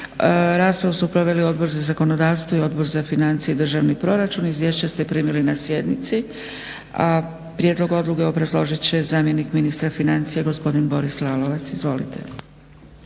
Raspravu su proveli Odbor za zakonodavstvo i Odbor za financije i državni proračun. Izvješća ste primili na sjednici, a prijedlog odluke obrazložit će zamjenik ministra financija gospodin Boris Lalovac. Izvolite.